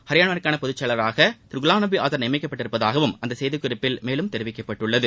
ஹரியானாவிற்கான பொதுச்செயலாளராக திரு குவாம்நபி ஆசாத் நியமிக்கப்பட்டுள்ளதாகவும் அந்த செய்திக்குறிப்பில் தெரிவிக்கப்பட்டுள்ளது